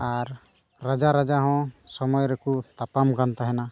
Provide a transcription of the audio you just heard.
ᱟᱨ ᱨᱟᱡᱟ ᱨᱟᱡᱟ ᱦᱚᱸ ᱥᱚᱢᱚᱭ ᱨᱮᱠᱚ ᱛᱟᱯᱟᱢ ᱠᱟᱱ ᱛᱟᱦᱮᱱᱟ